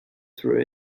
through